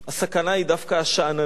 הסכנה היא דווקא השאננות